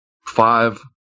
five